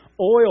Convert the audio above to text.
oil